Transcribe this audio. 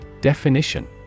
Definition